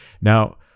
Now